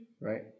Right